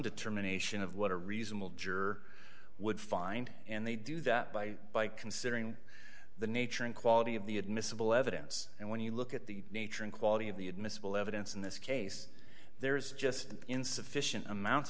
determination of what a reasonable juror would find and they do that by by considering the nature and quality of the admissible evidence and when you look at the nature and quality of the admissible evidence in this case there's just insufficient amounts